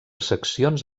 seccions